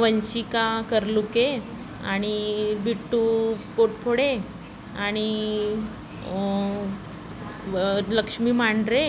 वंशिका कर्लुके आणि बिट्टू पोटफोडे आणि लक्ष्मी मांढरे